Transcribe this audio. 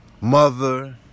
mother